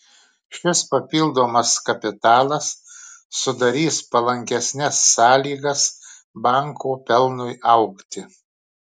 šis papildomas kapitalas sudarys palankesnes sąlygas banko pelnui augti